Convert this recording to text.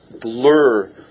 blur